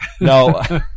no